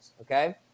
okay